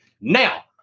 Now